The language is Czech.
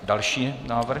Další návrh.